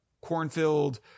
cornfield